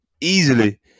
easily